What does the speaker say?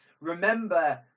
remember